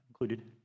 included